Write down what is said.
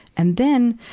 and then,